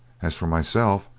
as for myself,